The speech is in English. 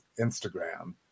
Instagram